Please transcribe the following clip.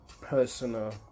personal